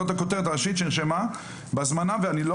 זאת הכותרת הראשית שנרשמה בהזמנה ואני לא